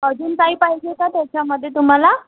अजून काही पाहिजे का त्याच्यामध्ये तुम्हाला